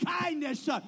kindness